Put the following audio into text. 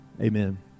Amen